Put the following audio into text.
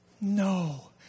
No